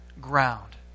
ground